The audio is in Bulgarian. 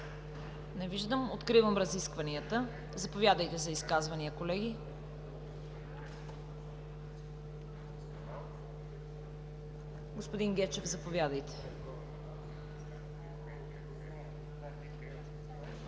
Не виждам. Откривам разискванията. Заповядайте за изказвания, колеги. Господин Гечев, заповядайте.